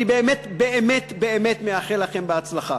אני באמת באמת באמת מאחל לכם הצלחה,